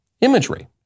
imagery